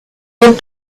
with